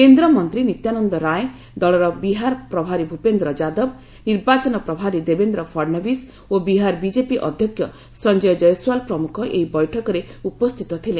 କେନ୍ଦ୍ରମନ୍ତ୍ରୀ ନିତ୍ୟାନନ୍ଦ ରାୟ ଦଳର ବିହାର ପ୍ରଭାରୀ ଭୂପେନ୍ଦ୍ର ଯାଦବ ନିର୍ବାଚନ ପ୍ରଭାରୀ ଦେବେନ୍ଦ୍ର ଫଡନାଭିଶ ଓ ବିହାର ବିଜେପି ଅଧ୍ୟକ୍ଷ ସଂଜୟ ଜୟସ୍ୱାଲ ପ୍ରମୁଖ ଏହି ବୈଠକରେ ଉପସ୍ଥିତ ଥିଲେ